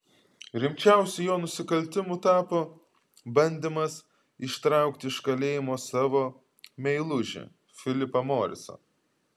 rimčiausiu jo nusikaltimu tapo bandymas ištraukti iš kalėjimo savo meilužį filipą morisą